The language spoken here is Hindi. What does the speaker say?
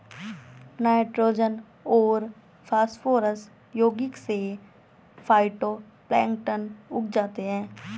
नाइट्रोजन और फास्फोरस यौगिक से फाइटोप्लैंक्टन उग जाते है